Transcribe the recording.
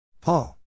Paul